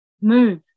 Move